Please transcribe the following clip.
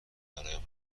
برایم